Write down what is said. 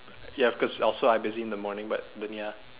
ya because also I'm busy in the morning but then ya